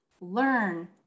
learn